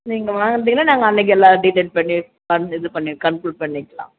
நீங்கள் வந்தீங்கன்னால் நாங்கள் அன்றைக்கி எல்லாம் டீட்டெயில் பண்ணி பண் இது பண்ணி கண்க்லூட் பண்ணிக்கலாம்